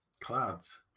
clouds